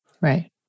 Right